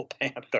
Panther